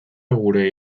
gure